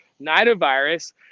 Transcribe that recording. nidovirus